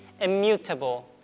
immutable